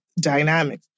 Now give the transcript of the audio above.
dynamic